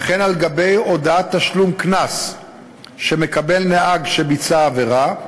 וכן על גבי הודעת תשלום קנס שמקבל נהג שביצע עבירה,